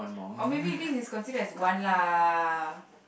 oh maybe this is consider as one lah